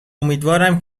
امیدوارم